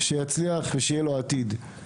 על מנת שיצליח ועל מנת שיהיה לו עתיד טוב יותר.